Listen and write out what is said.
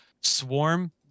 swarm